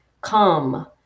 come